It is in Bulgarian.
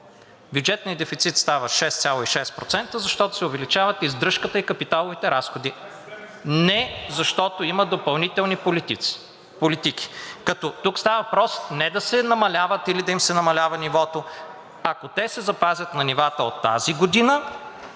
Бюджетният дефицит става 6,6%, защото се увеличават издръжката и капиталовите разходи, а не защото има допълнителни политики, като тук става въпрос не да се намаляват или да им се намалява нивото. Ако те се запазят на нивата от тази година,